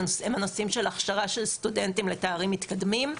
הנושאים של הכשרה של סטודנטים לתארים מתקדמים.